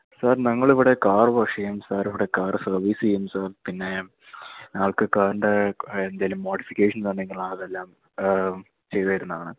sir ഞങ്ങളിവിടെ car wash ചെയ്യും sir ഇവിടെ കാർ സർവീസ് ചെയ്യും സാർ പിന്നെ ഞങ്ങൾക്ക് കാറിൻ്റെ എന്തെങ്കിലും മോഡിഫിക്കേഷൻ അതെല്ലാം ചെയ്തുതരുന്നതാണ്